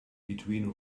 between